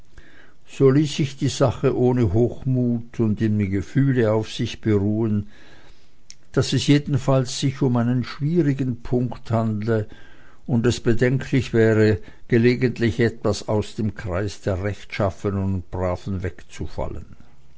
so ließ ich die sache ohne hochmut und in dem gefühle auf sich beruhen daß es jedenfalls sich um einen schwierigen punkt handle und es bedenklich wäre gelegentlich etwa aus dem kreise der rechtschaffenen und braven wegzufallen